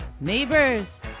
neighbors